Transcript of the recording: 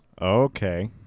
Okay